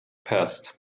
passed